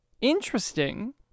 interesting